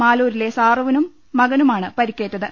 മാലൂരിലെ സാറുവിനും മകനുമാണ് പരിക്കേറ്റത്